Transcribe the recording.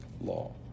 law